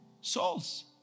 souls